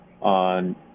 on